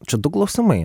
čia du klausimai